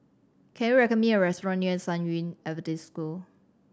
can you recommend me a restaurant near San Yu Adventist School